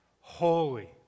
holy